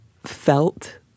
felt